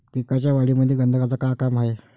पिकाच्या वाढीमंदी गंधकाचं का काम हाये?